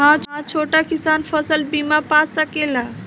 हा छोटा किसान फसल बीमा पा सकेला?